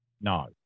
No